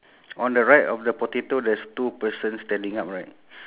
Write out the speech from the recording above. there's a sign board saying score board